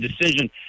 decision